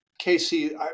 Casey